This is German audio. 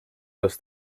das